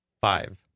five